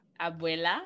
abuela